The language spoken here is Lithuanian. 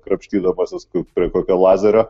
krapštydamasis prie kokio lazerio